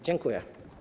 Dziękuję.